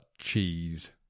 cheese